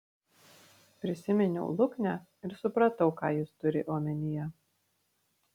prisiminiau luknę ir supratau ką jis turi omenyje